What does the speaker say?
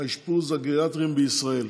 האשפוז הגריאטריים בישראל.